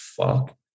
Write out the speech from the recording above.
fuck